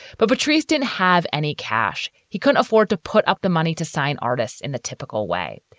but petrie's didn't have any cash. he couldn't afford to put up the money to sign artists in the typical way.